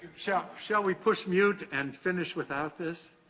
shall shall we push mute and finish without this?